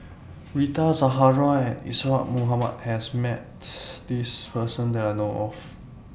Rita Zahara and Isadhora Mohamed has Met This Person that I know of